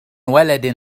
ولد